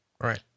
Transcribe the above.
right